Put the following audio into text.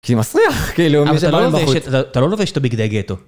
כי מסריח, כאילו, אתה לא לובשת בגדי גטו.